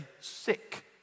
sick